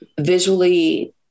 Visually